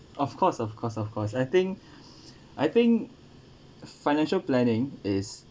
of course of course of course I think I think financial planning is